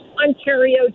Ontario